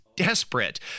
desperate